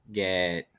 get